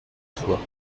toi